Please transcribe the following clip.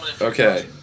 Okay